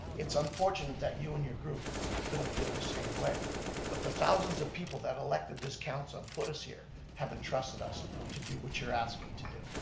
it's unfortunate that you and your group don't feel the same way but the thousands of people that elected this council and put us here have entrusted us to do what you're asking to do.